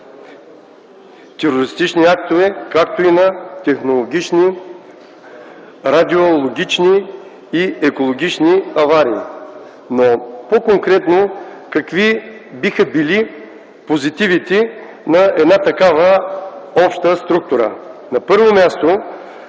терористични актове, както и на технологични радиологични и екологични аварии. По-конкретно какви биха били позитивите на една такава обща структура? На първо място,